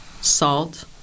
salt